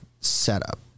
setup